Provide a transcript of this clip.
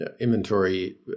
inventory